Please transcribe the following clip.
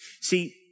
See